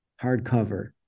Hardcover